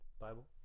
Bible